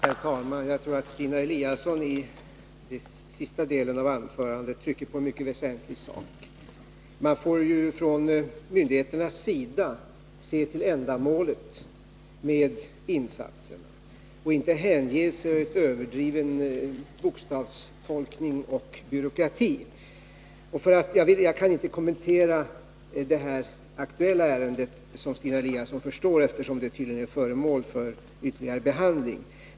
Herr talman! Jag tror att Stina Eliasson i sista delen av sitt anförande trycker på en mycket väsentlig sak. Myndigheterna bör se till ändamålet med insatserna och inte hänge sig till överdriven bokstavstolkning och byråkrati. Jag kan inte kommentera det aktuella ärendet, som Stina Eliasson förstår, eftersom det tydligen är föremål för ytterligare behandling.